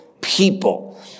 people